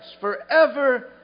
forever